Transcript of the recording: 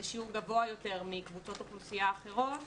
בשיעור גבוה יותר מקבוצות אוכלוסייה אחרות,